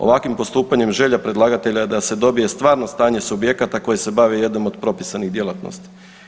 Ovakvim postupanjem želja predlagatelja je da se dobije stvarno stanje subjekata koje se bavi jednom od propisanih djelatnosti.